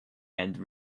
and